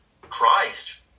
Christ